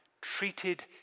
treated